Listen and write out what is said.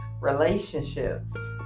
relationships